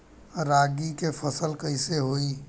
रागी के फसल कईसे होई?